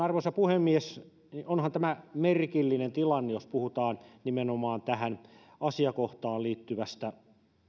arvoisa puhemies onhan tämä merkillinen tilanne jos puhutaan nimenomaan tähän asiakohtaan liittyvästä